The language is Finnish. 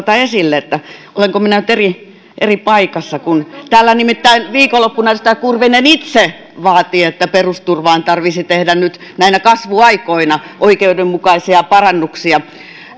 esille että olenko minä nyt eri eri paikassa täällä nimittäin viikonloppuna sitä kurvinen itse vaati että perusturvaan tarvitsisi tehdä nyt kasvuaikoina oikeudenmukaisia parannuksia